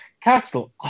castle